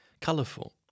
colourful